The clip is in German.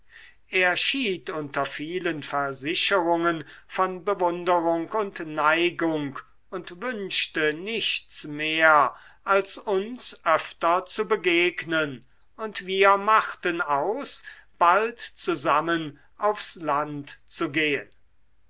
er schied unter vielen versicherungen von bewunderung und neigung und wünschte nichts mehr als uns öfter zu begegnen und wir machten aus bald zusammen aufs land zu gehen